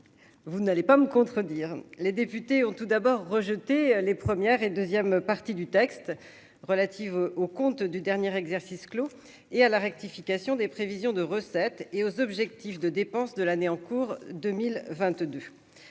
vous n'allez pas me contredire, les députés ont tout d'abord rejeté les 1ère et 2ème partie du texte relative au compte du dernier exercice clos et à la rectification des prévisions de recettes et aux objectifs de dépenses de l'année en cours 2022,